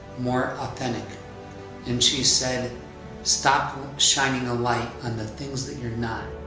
more authentic and she said stop shining a light on the things that you're not